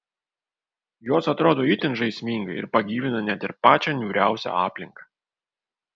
jos atrodo itin žaismingai ir pagyvina net ir pačią niūriausią aplinką